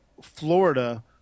Florida